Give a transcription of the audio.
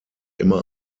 immer